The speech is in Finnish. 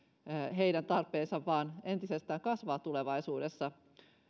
heidän tarpeensa vain entisestään kasvaa tulevaisuudessa